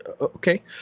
okay